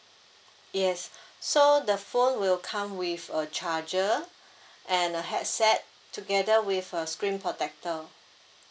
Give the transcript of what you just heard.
yes so the phone will come with a charger and a headset together with a screen protector